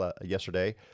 yesterday